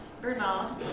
Bernard